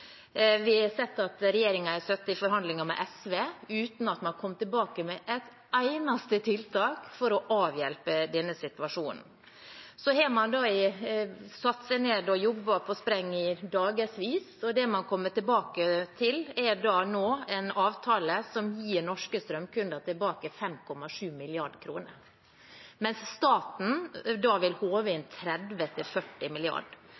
Vi har sett at regjeringen har sittet i forhandlinger med SV uten at man kom tilbake med et eneste tiltak for å avhjelpe situasjonen. Så har man satt seg ned og jobbet på spreng i dagevis, og det man kommer tilbake med, er en avtale som gir norske strømkunder tilbake 5,7 mrd. kr, mens staten vil